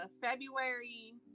february